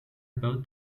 vote